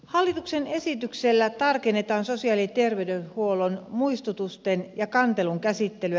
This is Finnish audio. hallituksen esityksellä tarkennetaan sosiaali ja terveydenhuollon muistutusten ja kantelun käsittelyä